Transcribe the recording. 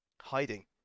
hiding